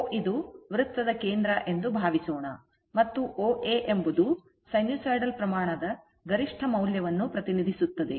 O ಇದು ವೃತ್ತದ ಕೇಂದ್ರ ಎಂದು ಭಾವಿಸೋಣ ಮತ್ತು OA ಎಂಬುದು ಸೈನುಸೈಡಲ್ ಪ್ರಮಾಣದ ಗರಿಷ್ಠ ಮೌಲ್ಯವನ್ನು ಪ್ರತಿನಿಧಿಸುತ್ತದೆ